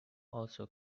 also